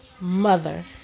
Mother